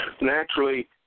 naturally